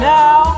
now